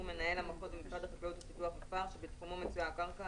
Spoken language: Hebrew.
מנהל המחוז במשרד החקלאות ופיתוח הכפר שבתחומו מצויה הקרקע,